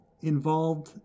involved